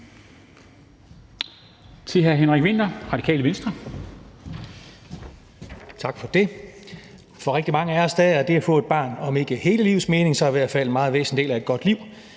hr. Henrik Vinther, Radikale Venstre.